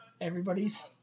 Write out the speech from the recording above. everybody's